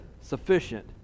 sufficient